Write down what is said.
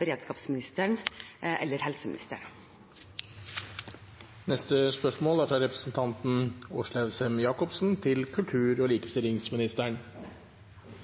beredskapsministeren eller helseministeren. Mitt spørsmål til statsråden lyder som følger: «28. oktober 2019 hadde kulturminister Trine Skei Grande og